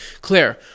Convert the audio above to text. Claire